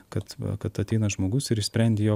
kad va kad ateina žmogus ir išsprendi jo